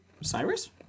Cyrus